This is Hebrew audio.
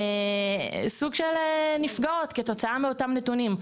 סוג של נפגעות כתוצאה מאותם נתונים.